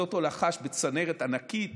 שזאת הולכה בצנרת ענקית